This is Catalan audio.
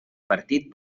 partit